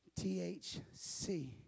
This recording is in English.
THC